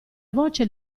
voce